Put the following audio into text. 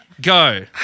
go